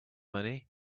money